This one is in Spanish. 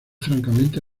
francamente